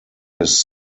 his